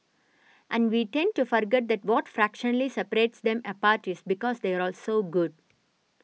and we tend to forget that what fractionally separates them apart is because they are all so good